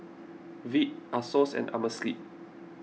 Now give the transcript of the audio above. Veet Asos and Amerisleep